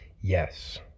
yes